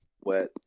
Wet